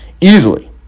easily